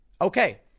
Okay